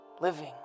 living